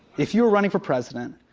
if you were running for president,